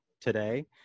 today